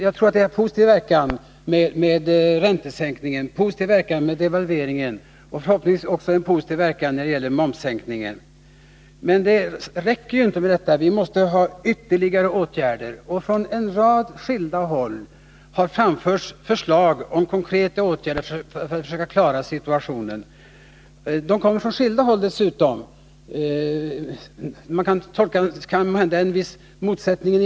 Jag tror också att räntesänkningen, devalveringen och förhoppningsvis även momssänkningen har en positiv verkan. Men det räcker inte med detta, utan det krävs ytterligare åtgärder. Från en rad håll har det framförts förslag om konkreta åtgärder för att försöka klara situationen. Dessa förslag kommer dessutom från skilda håll.